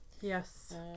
Yes